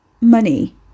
money